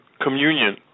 communion